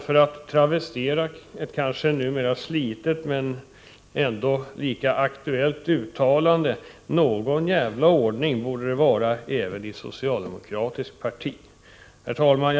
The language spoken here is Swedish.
För att travestera ett numera kanske slitet men ändå lika aktuellt uttalande: Någon jävla ordning borde det vara även i ett socialdemokratiskt parti. Herr talman!